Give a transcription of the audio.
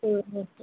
ಹ್ಞೂ ಹ್ಞೂ